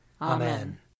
Amen